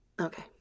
Okay